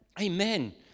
Amen